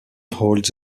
holds